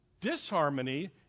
Disharmony